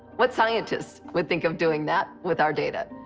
what scientist would think of doing that with our data?